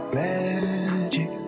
magic